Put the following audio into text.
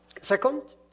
Second